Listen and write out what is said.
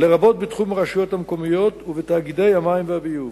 לרבות בתחום הרשויות המקומיות ובתאגידי המים והביוב.